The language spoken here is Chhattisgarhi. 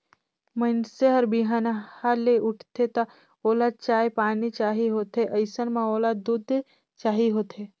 मइनसे हर बिहनहा ले उठथे त ओला चाय पानी चाही होथे अइसन म ओला दूद चाही होथे